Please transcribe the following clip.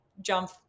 jump